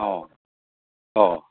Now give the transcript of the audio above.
অ অ